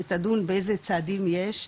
שתדון באיזה צעדים יש,